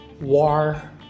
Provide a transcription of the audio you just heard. war